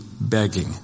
begging